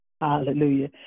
Hallelujah